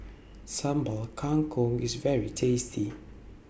Sambal Kangkong IS very tasty